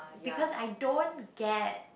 because I don't get